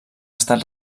estat